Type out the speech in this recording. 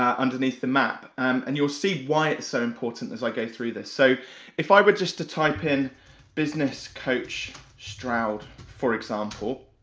um underneath the map, and you'll see why it's so important as like i go through this. so if i were just to type in business coach stroud, for example,